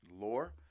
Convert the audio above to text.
lore